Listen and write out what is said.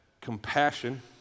compassion